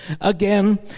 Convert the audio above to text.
again